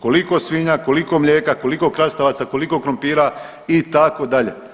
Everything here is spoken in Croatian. Koliko svinja, koliko mlijeka, koliko krastavaca, koliko krumpira itd.